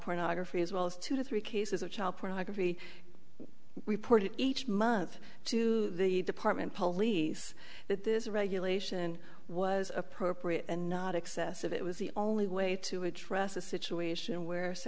pornography as well as two to three cases of child pornography reported each month to the department police that this regulation was appropriate and not excessive it was the only way to address a situation where